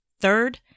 Third